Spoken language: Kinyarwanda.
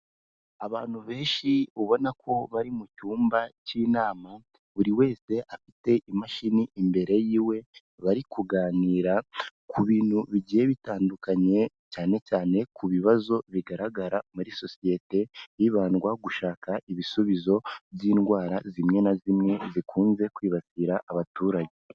Abantu benshi ubona ko bari mu cyumba cy'inama, buri wese afite imashini imbere y'iwe, bari kuganira ku bintu bigiye bitandukanye, cyane cyane ku bibazo bigaragara muri sosiyete, hibandwa gushaka ibisubizo by'indwara zimwe na zimwe, zikunze kwibasira abaturage.